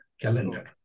calendar